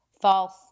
false